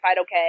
okay